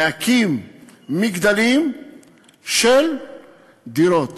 להקים מגדלים של דירות.